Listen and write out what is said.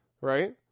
Right